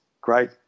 great